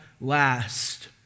last